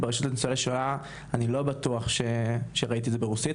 באתר שלכם אני לא בטוח שראיתי את זה ברוסית,